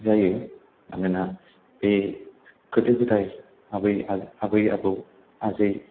जायो मानोना बे गोदो गोदाय आबै आबौ आजै